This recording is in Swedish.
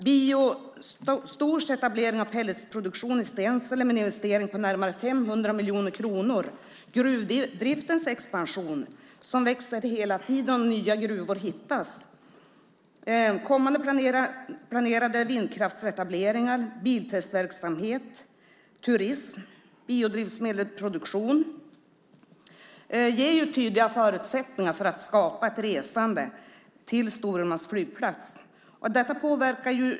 Biostors etablering av pelletsproduktion i Stensele med en investering på närmare 500 miljoner kronor, gruvdriften expanderar hela tiden och nya gruvor hittas, kommande planerade vindkraftsetableringar, biltestverksamhet, turism och biodrivmedelsproduktion ger tydliga förutsättningar för att skapa ett resande till Storumans flygplats.